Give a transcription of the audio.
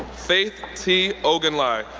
faith t. ogunleye,